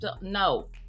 No